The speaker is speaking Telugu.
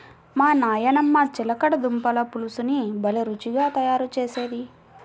మా నాయనమ్మ చిలకడ దుంపల పులుసుని భలే రుచిగా తయారు చేసేది